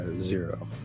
zero